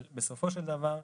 בסופו של דבר,